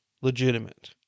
legitimate